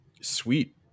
sweet